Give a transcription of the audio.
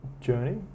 journey